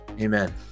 Amen